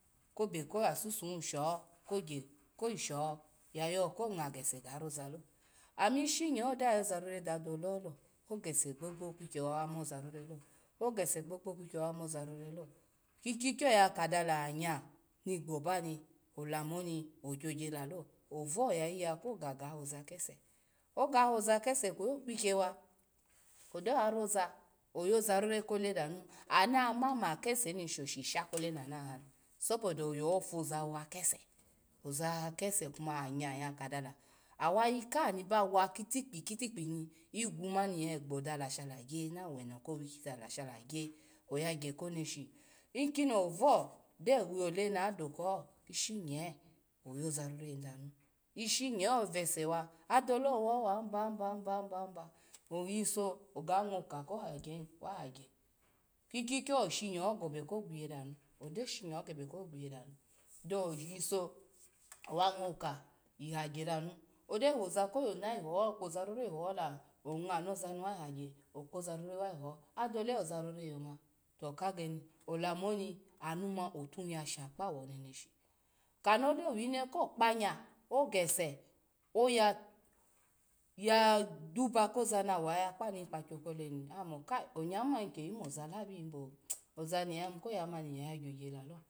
Kebe koya susuhi sho kogya koyisho ya yo ko ngw gese ga rozalo ameshi nye ogyo ya yozarora dadoleholo, gese gbogbo kukyawa omo zaroralo, gese gbogbo kukya wawa mozaroralo, ikikya nyya kadala anya ni gbo ba ni, ola muni wo gyogyalalo, ovu yayiya ko ga ga hoza kese. oga hoza kese kweyi okwikya wa odo wa roza, oyoza rora kole danu anu yama ma keseni shoshi piokole na mu yahani, soboda oyo fu za hoha kese, oza hoha kese kuma anya nyya kadala, awayi hani bawa kitikpi kitikpi ni, igwu mani hyya hi gbo dala shola gya, na weno ko wiki dala shola gya, oyagya ko neshi inkono ovu gyo wole nadokaho ishinye oyoza rora danu, ishinye ove sewa adole owaho wa nba, nba, nba oyiso oga ngwo oko ko hagyahi wa hagya, ikwikya oshinyo gebe ko gwiye danu, ogyo shinyo gebe ko gwiye danu den oyiso wa ngwo ko hi hagya danu gyo woza ko yo na yiho kwozarora hihola ongma naza ni wayig hagya okpozarora wo yiho adole ozarora yoma toka geni olamu oni, anu ma otu yasha kpawo neneshi, kano gyo wine ko kpa nya ogese yaya duba koza no yaya kpa nu ikpakyo kole ni oya mo kai onya hima ke yu mo zalabi nymo ozani ya yima koya maninyyaya gyo gya lalo.